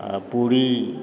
आ पूरी